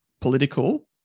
political